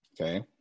okay